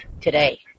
today